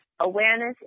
awareness